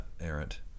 errant